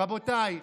רבותיי,